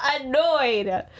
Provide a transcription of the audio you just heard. annoyed